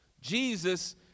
Jesus